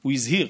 הוא הזהיר,